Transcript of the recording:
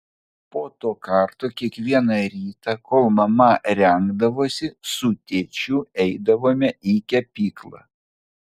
po to karto kiekvieną rytą kol mama rengdavosi su tėčiu eidavome į kepyklą